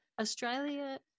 australia